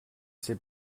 ces